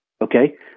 okay